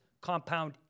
compound